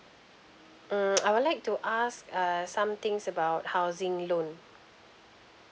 uh I would like to ask uh some things about housing loan